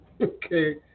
okay